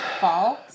fall